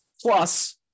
Plus